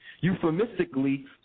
Euphemistically